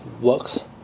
works